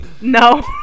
No